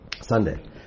Sunday